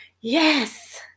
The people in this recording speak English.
yes